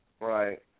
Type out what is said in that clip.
Right